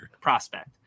prospect